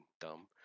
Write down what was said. dumb